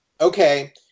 Okay